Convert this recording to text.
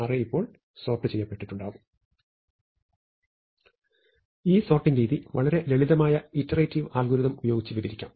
array ഇപ്പോൾ sort ചെയ്യപ്പെട്ടിണ്ടുണ്ടാവും ഈ സോർട്ടിങ് രീതി വളരെ ലളിതമായ ഇറ്ററേറ്റിവ് അൽഗോരിതം ഉപയോഗിച്ച് വിവരിക്കാം